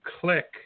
click